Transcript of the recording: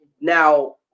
Now